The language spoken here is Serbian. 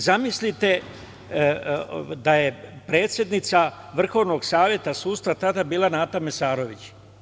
Zamislite da je predsednica Vrhovnog saveta sudstva tada bila Nata Mesarović.